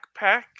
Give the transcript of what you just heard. backpack